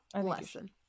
lesson